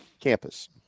campus